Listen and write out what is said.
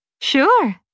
Sure